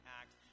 act